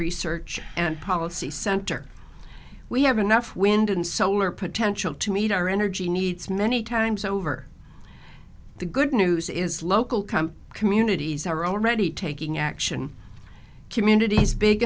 research and policy center we have enough wind and solar potential to meet our energy needs many times over the good news is local come communities are already taking action communities big